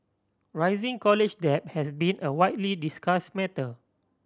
rising college debt has been a widely discussed matter